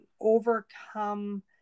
overcome